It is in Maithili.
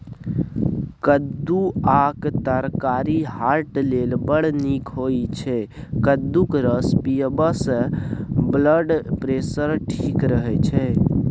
कद्दुआक तरकारी हार्ट लेल बड़ नीक होइ छै कद्दूक रस पीबयसँ ब्लडप्रेशर ठीक रहय छै